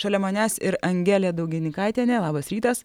šalia manęs ir angelė daugininkaitienė labas rytas